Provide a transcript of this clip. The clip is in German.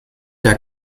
der